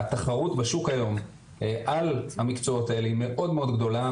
התחרות בשוק היום על המקצועות האלה היא מאוד מאוד גדולה,